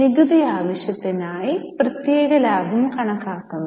നികുതി ആവശ്യത്തിനായി പ്രത്യേക ലാഭം കണക്കാക്കുന്നു